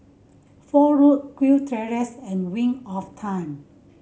Fort Road Kew Terrace and Wing of Time